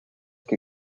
que